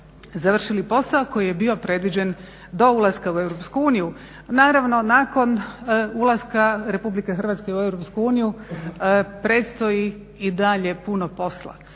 završili posao koji je bio predviđen do ulaska u EU. Naravno nakon ulaska RH u EU predstoji i dalje puno posla.